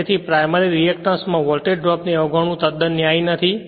અને તેથી primary reactance માં વોલ્ટેજ ડ્રોપ ને અવગણવું તદ્દન ન્યાયી નથી